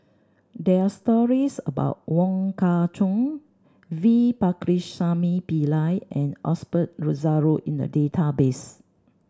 there're stories about Wong Kah Chun V Pakirisamy Pillai and Osbert Rozario in the database